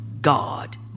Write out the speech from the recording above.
God